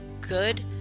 good